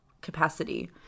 capacity